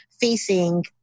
facing